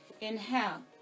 inhale